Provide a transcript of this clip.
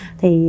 thì